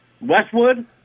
Westwood